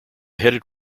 headed